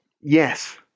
Yes